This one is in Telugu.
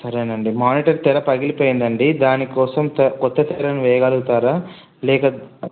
సరేనండి మానిటర్ తెర పగిలిపోయిందండి దానికోసం తెర కొత్త తెరను వేయగలగుతారా లేక